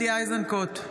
אינו נוכח גדי איזנקוט,